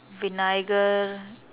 vinayagar